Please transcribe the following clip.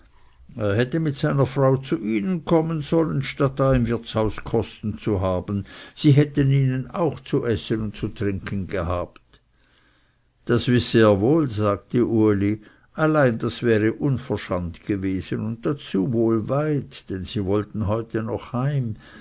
er hätte mit seiner frau zu ihnen kommen sollen statt da im wirtshaus kosten zu haben sie hätten ihnen auch zu essen und zu trinken gehabt das wisse er wohl sagte uli allein das wäre uverschant gewesen und dazu wohl weit denn sie wollten heute noch heim